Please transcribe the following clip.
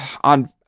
on